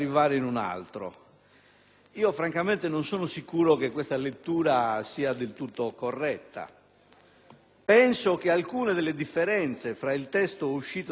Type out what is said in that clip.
Francamente non sono sicuro che questa lettura sia del tutto corretta; penso che alcune delle differenze tra il testo uscito dalla Commissione